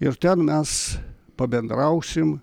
ir ten mes pabendrausim